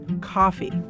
coffee